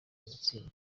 agatsindwa